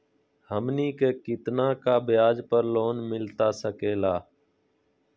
हमनी के कितना का ब्याज पर लोन मिलता सकेला?